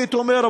הייתי אומר,